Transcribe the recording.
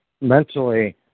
mentally